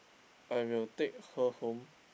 I will take her home